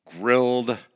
grilled